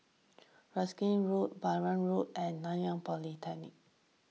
Erskine Road Balam Road and Nanyang Polytechnic